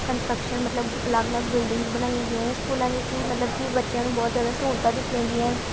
construction ਮਤਲਬ ਅਲੱਗ ਅਲੱਗ ਬਿਲਡਿੰਗਸ ਬਣਾਈਆਂ ਗਈਆਂ ਇਹ ਸਕੂਲਾਂ ਵਿੱਚ ਹੀ ਮਤਲਬ ਕਿ ਬੱਚਿਆਂ ਨੂੰ ਬਹੁਤ ਜ਼ਿਆਦਾ ਸਹੂਲਤਾਂ ਦਿੱਤੀਆਂ ਗਈਆਂ